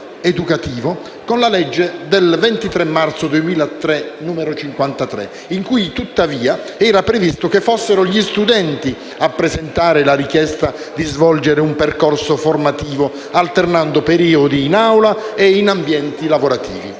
con la legge n. 53 del 28 marzo 2003, in cui tuttavia era previsto che fossero gli studenti a presentare la richiesta di svolgere un percorso formativo, alternando periodi in aula e in ambienti lavorativi.